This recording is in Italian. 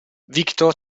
victor